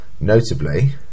Notably